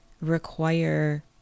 require